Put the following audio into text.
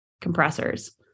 compressors